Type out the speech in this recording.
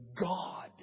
God